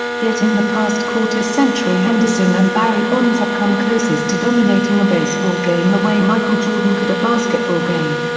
yet in the past quarter century henderson and barry bonds have come closest to dominating a baseball game the way michael jordan could a basketball game.